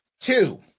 Two